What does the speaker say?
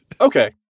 Okay